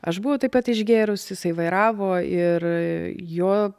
aš buvau taip pat išgėrus jisai vairavo ir jo